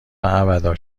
ابدا